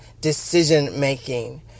decision-making